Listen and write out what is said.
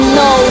no